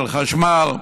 של חשמל.